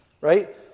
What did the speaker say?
right